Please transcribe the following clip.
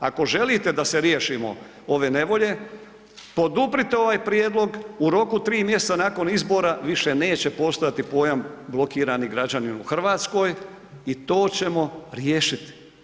Ako želite da se riješimo ove nevolje, poduprite ovaj prijedlog u roku 3 mjeseca nakon izbora više neće postojati pojam blokirani građani u Hrvatskoj i to ćemo riješiti.